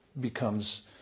becomes